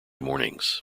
mornings